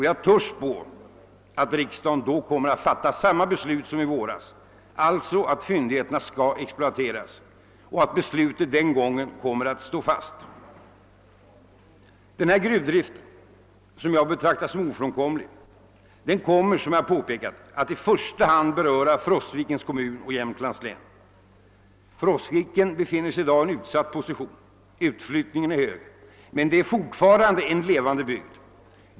Jag törs spå att riksdagen då kommer att fatta samma beslut som i våras, alltså att fyndigheterna skall exploateras, och att beslutet den gången kommer att stå fast. Denna gruvdrift, som jag betraktar som ofrånkomlig, kommer som sagt i första hand att beröra Frostvikens kommun och Jämtlands län. Frostviken befinner sig i dag i en utsatt position. Utflyttningen är hög. Men det är fortfarande en levande bygd.